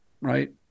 right